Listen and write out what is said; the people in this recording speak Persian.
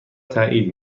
تایید